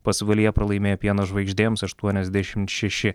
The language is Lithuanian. pasvalyje pralaimėjo pieno žvaigždėms aštuoniasdešimt šeši